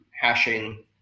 hashing